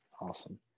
awesome